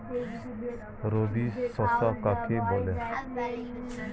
রবি শস্য কাকে বলে?